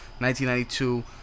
1992